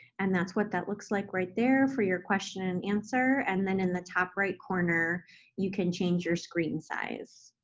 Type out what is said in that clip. and that's what that looks like right there for your question and answer, and then in the top right corner you can change your screen size.